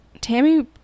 Tammy